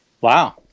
Wow